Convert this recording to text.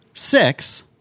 Six